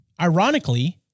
Ironically